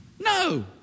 No